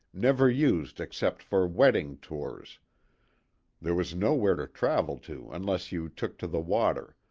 never used except for wedding tours there was nowhere to travel to unless you took to the water,